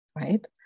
right